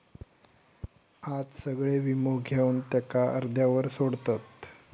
आज सगळे वीमो घेवन त्याका अर्ध्यावर सोडतत